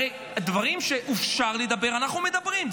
הרי דברים שאפשר לומר, אנחנו אומרים.